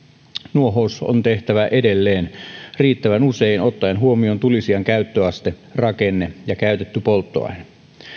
nuohous on tehtävä edelleen riittävän usein ottaen huomioon tulisijan käyttöaste rakenne ja käytetty polttoaine